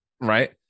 right